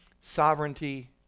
Sovereignty